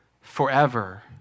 forever